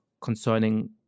concerning